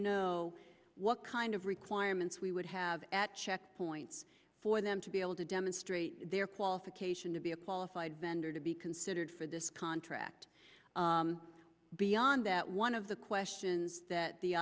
know what kind of requirements we would have at checkpoints for them to be able to demonstrate their qualification to be a qualified vendor to be considered for this contract beyond that one of the questions that the